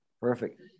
Perfect